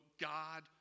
God